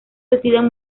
deciden